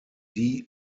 die